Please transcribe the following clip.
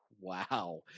Wow